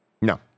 No